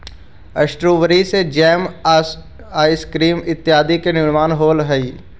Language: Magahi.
स्ट्रॉबेरी से जैम, आइसक्रीम इत्यादि के निर्माण होवऽ हइ